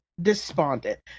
Despondent